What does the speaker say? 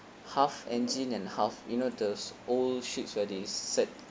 half engine and half you know those old ships where they set